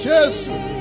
Jesus